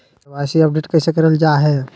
KYC update कैसे करल जाहै?